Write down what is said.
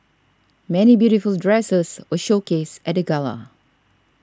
many beautiful dresses were showcased at gala